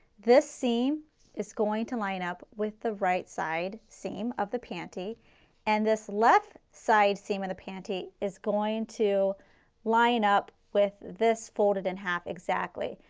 this seam is going to line up with the right side seam of the panty and this left side seam in the panty is going to line up with this folded in half exactly.